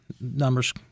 numbers